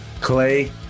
clay